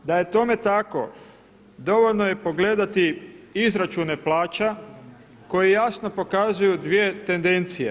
Da je tome tako dovoljno je pogledati izračune plaća koje jasno pokazuju dvije tendencije.